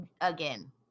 Again